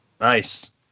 nice